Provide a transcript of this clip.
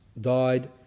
died